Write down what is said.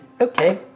Okay